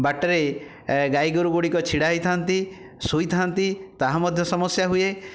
ବାଟରେ ଗାଈ ଗୋରୁ ଗୁଡ଼ିକ ଛିଡ଼ା ହୋଇଥାନ୍ତି ଶୋଇଥାନ୍ତି ତାହା ମଧ୍ୟ ସମସ୍ୟା ହୁଏ